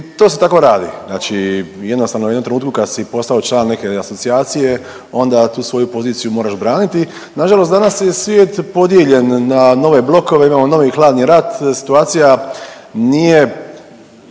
i to se tako radi, znači jednostavno u jednom trenutku kad si postao član neke asocijacije onda tu svoju poziciju moraš braniti. Nažalost danas je svijet podijeljen na nove blokove, imamo novi hladni rat, situacija nije